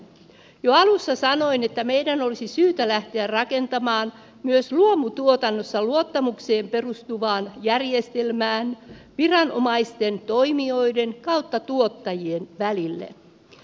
jo alussa sanoin että meidän olisi syytä lähteä rakentamaan myös luomutuotannossa luottamukseen perustuvaa järjestelmää viranomaisten toimijoiden ja tuottajien välille